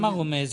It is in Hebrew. למה רומז?